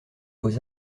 vos